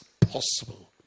possible